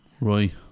Right